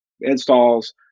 installs